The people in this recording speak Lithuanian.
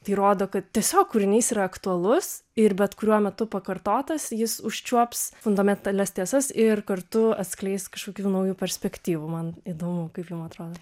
tai rodo kad tiesiog kūrinys yra aktualus ir bet kuriuo metu pakartotas jis užčiuops fundamentalias tiesas ir kartu atskleis kažkokių naujų perspektyvų man įdomu kaip jum atrodo